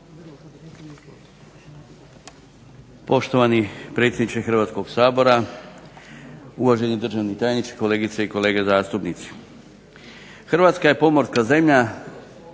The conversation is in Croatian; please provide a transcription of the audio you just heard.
Hrvatska je pomorska zemlja